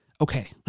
okay